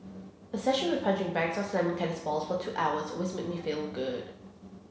a session with punching bags or slamming tennis balls for two hours always makes me feel good